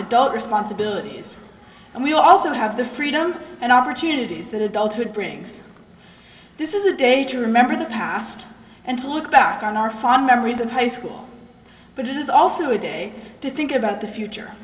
adult responsibilities and we also have the freedom and opportunities that adulthood brings this is a day to remember the past and to look back on our fond memories of high school but it is also a day to think about the future